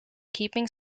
keeping